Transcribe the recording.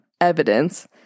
evidence